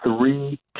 three